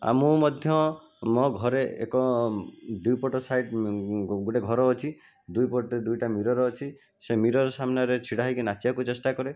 ଆଉ ମୁଁ ମଧ୍ୟ ମୋ ଘରେ ଏକ ଦୁଇ ପଟ ସାଇଡ଼ ଗୋଟିଏ ଘର ଅଛି ଦୁଇ ପଟେ ଦୁଇଟା ମିରର ଅଛି ସେ ମିରର ସାମ୍ନାରେ ଛିଡ଼ା ହେଇକି ନାଚିବାକୁ ଚେଷ୍ଟା କରେ